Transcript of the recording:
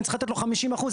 אני צריך לתת לו חמישים אחוז.